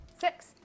Six